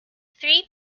three